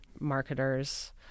marketers